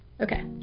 Okay